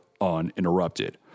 uninterrupted